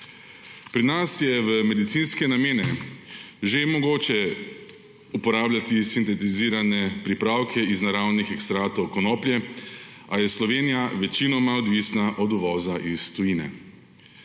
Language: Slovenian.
Pri nas je v medicinske namene že mogoče uporabljati sintetizirane pripravke iz naravnih ekstraktov konoplje, a je Slovenija večinoma odvisna od uvoza iz tujine.